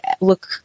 look